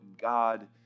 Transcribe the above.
God